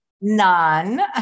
None